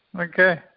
Okay